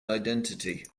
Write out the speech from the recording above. identity